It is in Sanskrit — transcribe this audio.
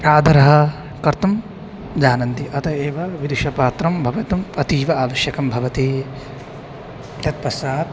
आदरः कर्तुं जानन्ति अतः एव विदुषपात्रं भवितुम् अतीव आवश्यकं भवति तत्पश्चात्